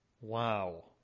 Wow